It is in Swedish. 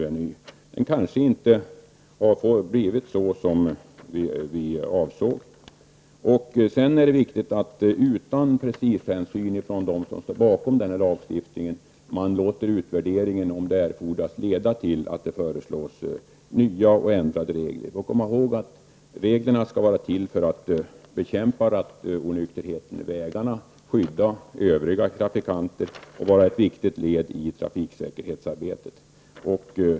Denna kanske inte har blivit såsom avsågs. Vidare är det viktigt att man, utan prestigehänsyn från dem som står bakom lagstiftningen, låter utvärderingen, om så erfordras, leda till förslag om nya och ändrade regler. Syftet med reglerna är ju att vi skall kunna bekämpa rattonykterheten på vägarna, skydda övriga trafikanter och åstadkomma ett viktigt led i trafiksäkerhetsarbetet.